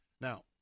Now